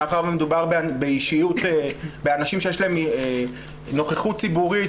מאחר ומדובר באנשים שיש להם נוכחות ציבורית,